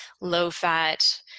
low-fat